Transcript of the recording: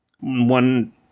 One